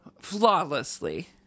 Flawlessly